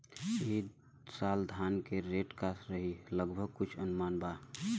ई साल धान के रेट का रही लगभग कुछ अनुमान बा?